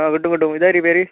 ആ കിട്ടും കിട്ടും ഇതാര് പേര്